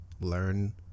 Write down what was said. learn